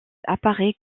apparaît